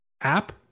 App